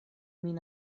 min